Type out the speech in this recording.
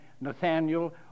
Nathaniel